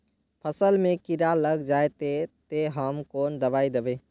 फसल में कीड़ा लग जाए ते, ते हम कौन दबाई दबे?